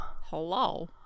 hello